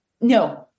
No